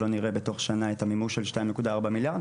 לא נראה בתוך שנה את המימוש של 2.4 מיליארד,